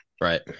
Right